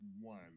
one